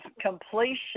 completion